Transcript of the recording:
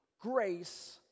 grace